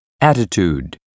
Attitude